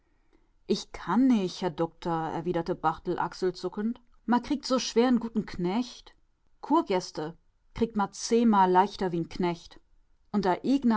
ich kann nich herr dukter erwiderte barthel achselzuckend ma kriegt so schwer n gutten knecht kurgäste kriegt ma zehnmal leichter wie n knecht und a